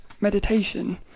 meditation